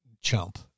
chump